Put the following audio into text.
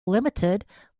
limited